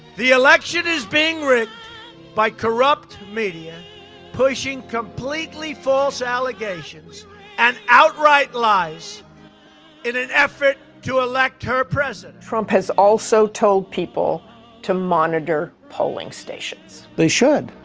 the election is being rigged by corrupt media pushing completely false allegations and outright lies in an effort to elect her president. trump has also told people to monitor polling stations. they should.